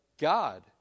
God